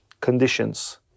conditions